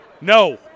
No